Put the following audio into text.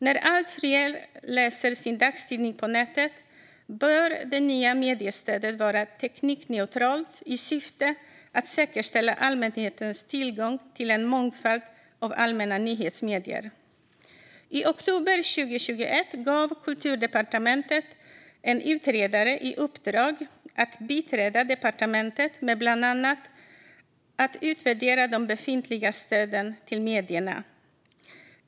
När allt fler läser sin dagstidning på nätet bör det nya mediestödet vara teknikneutralt, i syfte att säkerställa allmänhetens tillgång till en mångfald av allmänna nyhetsmedier. I oktober 2021 gav Kulturdepartementet en utredare i uppdrag att biträda departementet med att bland annat utvärdera de befintliga stöden till medierna.